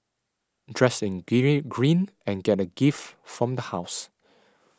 dress in green and get a gift from the house